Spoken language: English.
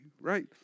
right